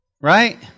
Right